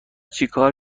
چیکار